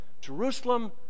Jerusalem